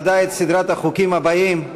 ודאי את סדרת החוקים הבאים.